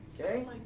okay